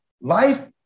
life